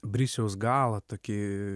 brisiaus galą tokį